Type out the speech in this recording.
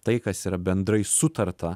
tai kas yra bendrai sutarta